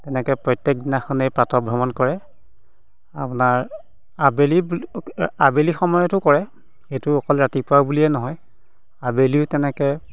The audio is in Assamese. তেনেকৈ প্ৰত্যেকদিনাখনেই প্ৰাতঃভ্ৰমণ কৰে আপোনাৰ আবেলি আবেলি সময়তো কৰে সেইটো অকল ৰাতিপুৱা বুলিয়েই নহয় আবেলিও তেনেকৈ